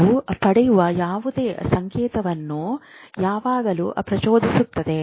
ಅವರು ಪಡೆಯುವ ಯಾವುದೇ ಸಂಕೇತವನ್ನು ಅವರು ಯಾವಾಗಲೂ ಪ್ರಚೋದಿಸುತ್ತಾರೆ